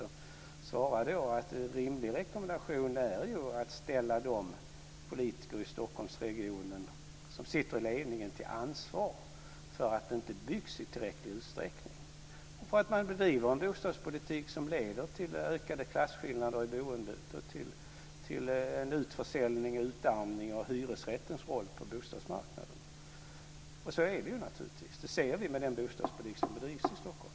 Jag svarade att en rimlig rekommendation är att man ska ställa de politiker i Stockholmsregionen som sitter i ledningen till ansvar för att det inte byggs i tillräcklig utsträckning och för att det bedrivs en bostadspolitik som leder till ökade klasskillnader i boendet och till en utförsäljning och utarmning av hyresrättens roll på bostadsmarknaden. Så är det naturligtvis. Det ser vi med den bostadspolitik som bedrivs i Stockholm.